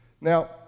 Now